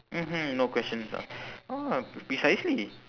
mmhmm no questions ah oh precisely